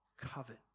covet